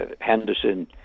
Henderson